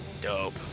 Dope